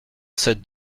sept